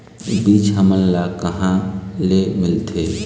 बीज हमन ला कहां ले मिलथे?